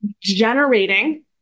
generating